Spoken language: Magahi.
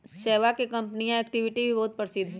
चयवा के कंपनीया एक्टिविटी भी बहुत प्रसिद्ध हई